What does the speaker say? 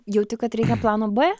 jauti kad reikia plano b